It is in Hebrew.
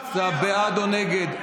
אתה בעד או נגד?